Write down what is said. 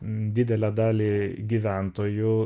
didelę dalį gyventojų